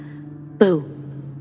Boo